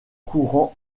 courant